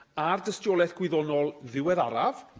ah um dystiolaeth wyddonol ddiweddaraf,